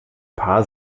paar